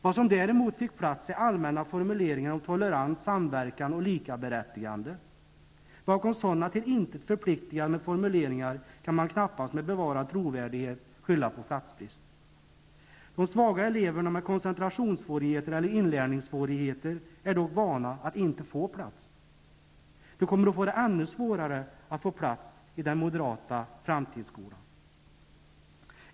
Vad som däremot fick plats är allmänna formuleringar om tolerans, samverkan och likaberättigande. Bakom sådana till intet förpliktande formuleringar kan man knappast med bevarad trovärdighet skylla på platsbrist. De svaga eleverna med koncentrationssvårigheter eller inlärningssvårigheter är dock vana att inte få plats. De kommer att få ännu svårare att få plats i den moderata framtidsskolan.